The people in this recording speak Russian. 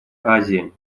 азии